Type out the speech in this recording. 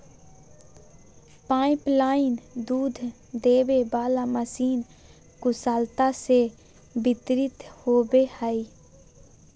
pipeline दूध देबे वाला मशीन कुशलता से वितरित होबो हइ